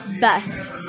Best